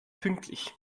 pünktlich